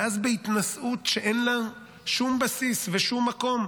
ואז בהתנשאות שאין לה שום בסיס ושום מקום,